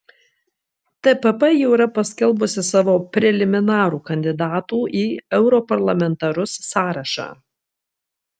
tpp jau yra paskelbusi savo preliminarų kandidatų į europarlamentarus sąrašą